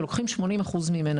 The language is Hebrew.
ולוקחים 80% ממנה.